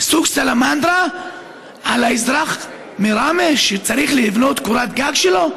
מסוג סלמנדרה על האזרח מראמה שצריך לבנות את קורת הגג שלו.